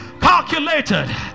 calculated